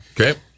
Okay